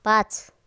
पाच